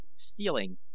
stealing